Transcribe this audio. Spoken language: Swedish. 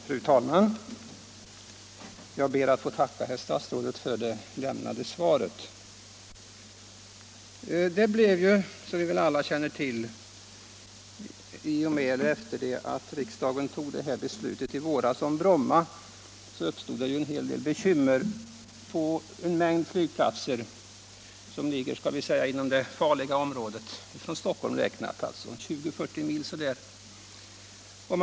Fru talman! Jag ber att få tacka herr statsrådet för det lämnade svaret. Som alla känner till uppstod det sedan riksdagen i våras hade fattat beslut om Brommas framtid en hel del bekymmer för en mängd flygplatser som ligger inom det så att säga farliga området, ungefär 20-40 mil från Stockholm.